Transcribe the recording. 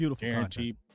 guaranteed